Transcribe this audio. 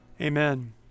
Amen